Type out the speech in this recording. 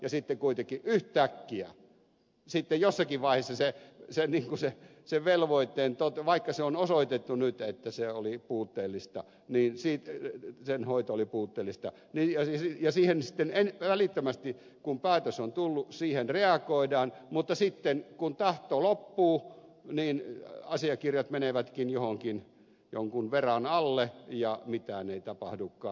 ja sitten kuitenkin yhtäkkiä jossakin vaiheessa sen velvoitteen suhteen tahto loppuu vaikka se on osoitettu nyt että se oli puutteellista niin se ettei sen hoito oli puutteellista ja siihen sitten välittömästi reagoidaan kun päätös on tullut siihen reagoidaan mutta sitten kun taas tulee pu ja asiakirjat menevätkin johonkin jonkun veran alle ja mitään ei tapahdukaan